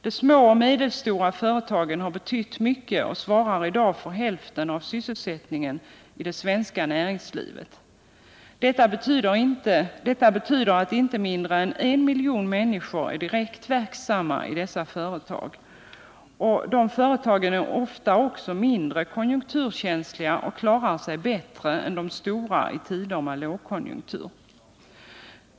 De små och medelstora företagen har betytt mycket och svarar i dag för hälften av sysselsättningen i det svenska näringslivet. Det betyder att inte mindre än en miljon människor är direkt verksamma i dessa företag. Dessa företag är ofta också mindre konjunkturkänsliga och klarar sig bättre än de stora i tider med lågkonjunktur.